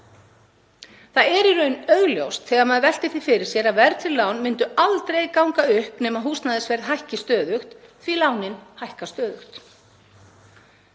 Það er í raun augljóst, þegar maður veltir því fyrir sér, að verðtryggð lán myndu aldrei ganga upp nema húsnæðisverð hækki stöðugt því að lánin hækka stöðugt.